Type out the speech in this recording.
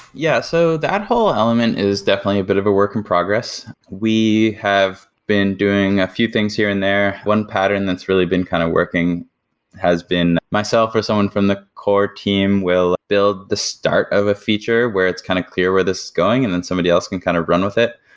yeah. so that whole element is definitely a bit of a work in progress. we have been doing a few things here and there. one pattern that's really been kind of working has been myself, or someone from the core team will build the start of a feature, where it's kind of clear where this is going and then somebody else can kind of run with it.